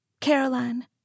Caroline